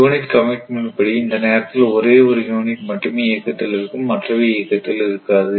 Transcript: unit commitment படி இந்த நேரத்தில் ஒரே ஒரு யூனிட் மட்டுமே இயக்கத்தில் இருக்கும் மற்றவை இயக்கத்தில் இருக்காது